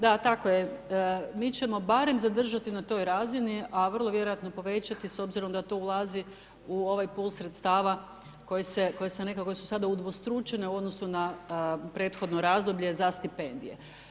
Da, tako je mi ćemo barem zadržati na toj razini, a vrlo vjerojatno povećati s obzirom da to ulazi u ovaj pul sredstava koji se nekako su sada udvostručene u odnosu na prethodno razdoblje za stipendije.